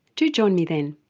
do join me then